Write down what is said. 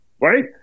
right